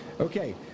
Okay